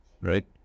Right